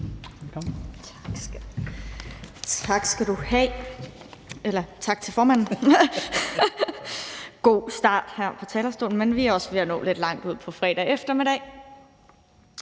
Tak, skal du have. Eller tak til formanden. Det var en god start her på talerstolen, men vi er også ved at nå lidt langt ud på fredag eftermiddag.